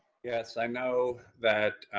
yes, i know that